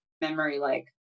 memory-like